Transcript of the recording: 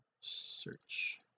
search